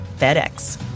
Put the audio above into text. FedEx